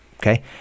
okay